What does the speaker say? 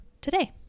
today